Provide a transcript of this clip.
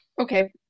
Okay